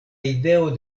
ideo